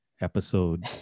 episode